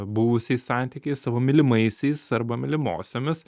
buvusiais santykiais savo mylimaisiais arba mylimosiomis